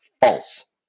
False